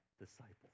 disciples